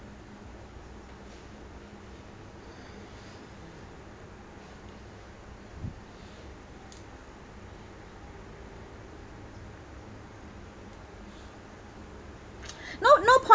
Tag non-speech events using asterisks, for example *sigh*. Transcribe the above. *noise* no no point